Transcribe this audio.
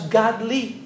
godly